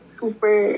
super